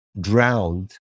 drowned